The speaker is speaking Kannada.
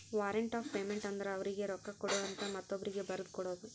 ವಾರಂಟ್ ಆಫ್ ಪೇಮೆಂಟ್ ಅಂದುರ್ ಅವರೀಗಿ ರೊಕ್ಕಾ ಕೊಡು ಅಂತ ಮತ್ತೊಬ್ರೀಗಿ ಬರದು ಕೊಡೋದು